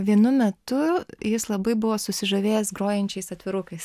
vienu metu jis labai buvo susižavėjęs grojančiais atvirukais